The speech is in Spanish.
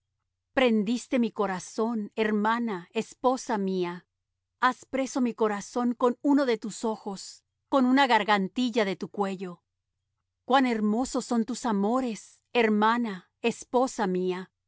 prendiste mi corazón hermana esposa mía has preso mi corazón con uno de tus ojos con una gargantilla de tu cuello cuán hermosos son tus amores hermana esposa mía